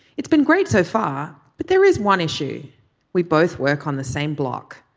it's been great so far but there is one issue we both work on the same block.